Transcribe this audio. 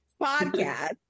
podcast